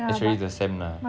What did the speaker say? actually the same lah